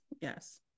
yes